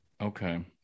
Okay